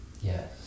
Yes